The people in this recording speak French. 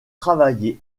travaillé